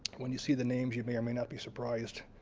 when you see the names, you may or may not be surprised,